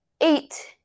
eight